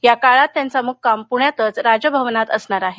या काळात त्यांचा मुक्काम पुण्यातच राजभवनात असणार आहे